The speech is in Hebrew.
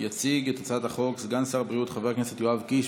יציג את הצעת החוק סגן שר הבריאות חבר הכנסת יואב קיש.